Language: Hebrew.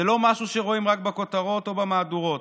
זה לא משהו שרואים רק בכותרות או במהדורות,